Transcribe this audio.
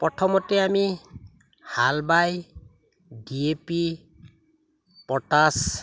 প্ৰথমতে আমি হাল বাই ডি এ পি পটাছ